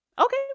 Okay